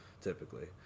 typically